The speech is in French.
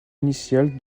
initial